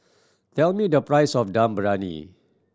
tell me the price of Dum Briyani